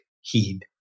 heed